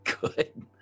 good